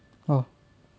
orh